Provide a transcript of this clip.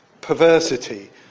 perversity